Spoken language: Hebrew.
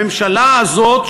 הממשלה הזאת,